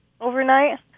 overnight